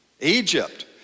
Egypt